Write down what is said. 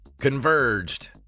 converged